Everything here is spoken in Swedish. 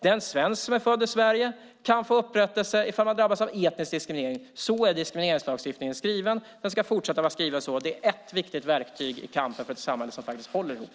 Den svensk som är född i Sverige kan få upprättelse om man drabbas etnisk diskriminering. Så är diskrimineringslagstiftningen skriven. Den ska fortsätta att vara skriven så. Det är ett viktigt verktyg i kampen för ett samhälle som håller ihop.